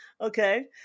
okay